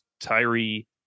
Tyree